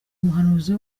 muhanzi